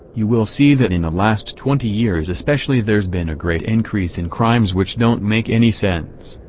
you will see that in the last twenty years especially there's been a great increase in crimes which don't make any sense.